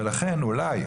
לכן, אולי,